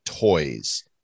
toys